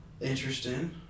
Interesting